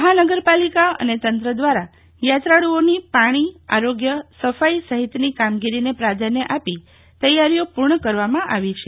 મહાનગરપાલિકા અને તંત્ર દ્વારા યાત્રાળુઓની પાણીઆરોગ્ય સફાઈ સહિતની કામગીરીને પ્રાધાન્ય આપી તૈયારીઓ પૂર્ણ કરવામાં આવી છે